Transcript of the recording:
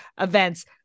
events